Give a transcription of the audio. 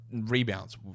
Rebounds